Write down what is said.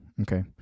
okay